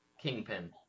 kingpin